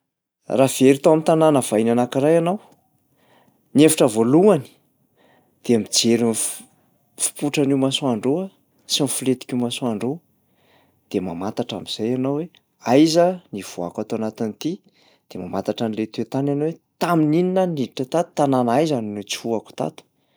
Raha very tao am'tanàna vahiny anankiray ianao, ny hevitra voalohany dia mijery ny f- ny fipotran'io masoandro io sy ny filentik'io masoandro io, de mamantatra am'zay ianao hoe aiza no hivoahako ato anatin'ity? De mamantatra an'lay toe-tany ianao hoe tamin'inona aho no niditra tato, tanàna aiza no nitsofohako tato?